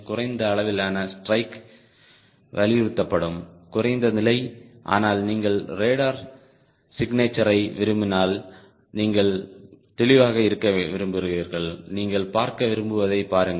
குறைந்த அளவிலான ஸ்ட்ரைக் வலியுறுத்தப்படும் குறைந்த நிலை ஆனால் நீங்கள் ரேடார் சிக்னேச்சரை விரும்பினால் நீங்கள் தெளிவாக இருக்க விரும்புகிறீர்கள் நீங்கள் பார்க்க விரும்புவதைப் பாருங்கள்